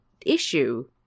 issue